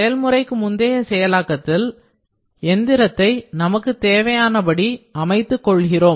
செயல்முறைக்கு முந்தைய செயலாக்கத்தில் எந்திரத்தை நமக்கு தேவையானபடி அமைப்பு செய்துகொள்கிறோம்